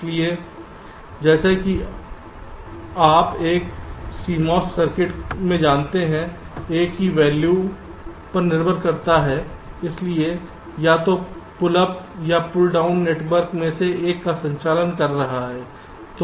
इसलिए जैसा कि आप एक CMOS सर्किट में जानते हैं A की वैल्यू पर निर्भर करता है इसलिए या तो पुल अप या पुल डाउन नेटवर्क में से एक का संचालन कर रहा है